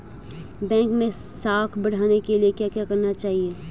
Bank मैं साख बढ़ाने के लिए क्या क्या करना चाहिए?